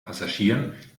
passagieren